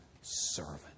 servant